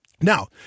Now